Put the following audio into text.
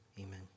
amen